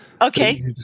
Okay